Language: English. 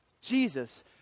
Jesus